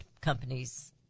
companies